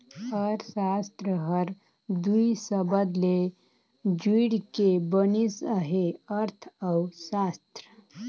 अर्थसास्त्र हर दुई सबद ले जुइड़ के बनिस अहे अर्थ अउ सास्त्र